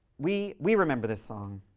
we we remember this song.